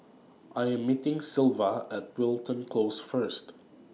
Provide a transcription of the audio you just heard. I Am meeting Sylva At Wilton Close First